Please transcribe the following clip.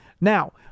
Now